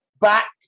back